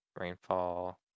rainfall